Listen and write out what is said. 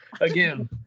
Again